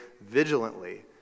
vigilantly